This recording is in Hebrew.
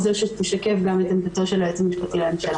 זו שתשקף גם את עמדתו של היועץ המשפטי לממשלה.